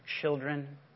children